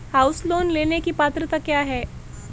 House loan लेने की पात्रता क्या है?